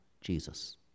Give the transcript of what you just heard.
Jesus